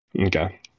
Okay